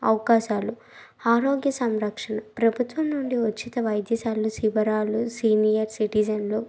అవకాశాలు ఆరోగ్య సంరక్షణ ప్రభుత్వం నుండి ఉచిత వైద్యసేవలు శిబిరాలు సీనియర్ సిటిజన్లు